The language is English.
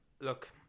Look